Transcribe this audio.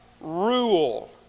rule